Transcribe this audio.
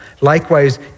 Likewise